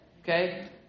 Okay